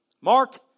Mark